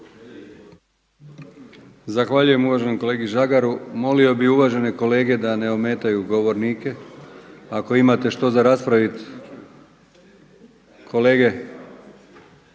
Zahvaljujem uvaženom kolegi Žagaru. Molio bih uvažene kolege da ne ometaju govornike, ako imate što za raspraviti. Kolege,